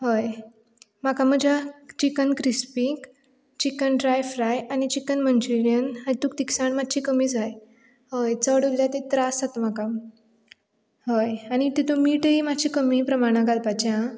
हय म्हाका म्हज्या चिकन क्रिस्पींत चिकन ड्राय फ्राय आनी चिकन मंच्युरियन हेतूंत तिखसाण मात्शी कमी जाय हय चड उरल्यार ती त्रास जाता म्हाका हय आनी तितूंत मिठूय मात्शें कमी प्रमाणांत घालपाचें हां